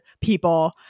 people